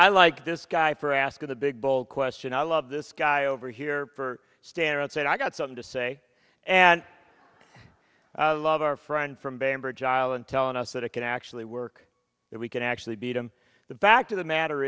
i like this guy for asking a big bold question i love this guy over here for standing outside i got something to say and i love our friend from banbridge island telling us that it can actually work if we can actually beat him the back to the matter